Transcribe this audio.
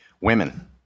Women